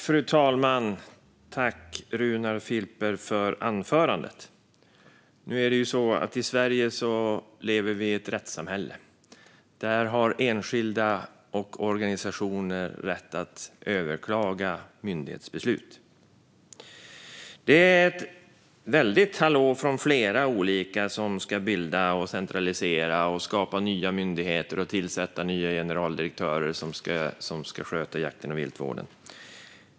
Fru talman! Tack, Runar Filper, för anförandet! I Sverige lever vi i ett rättssamhälle där enskilda och organisationer har rätt att överklaga myndighetsbeslut. Det är ett väldigt hallå från flera olika som ska bilda, centralisera och skapa nya myndigheter och tillsätta nya generaldirektörer som ska sköta jakten och viltvården.